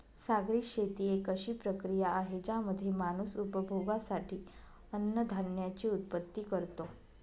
सागरी शेती एक अशी प्रक्रिया आहे ज्यामध्ये माणूस उपभोगासाठी अन्नधान्याची उत्पत्ति करतो